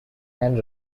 and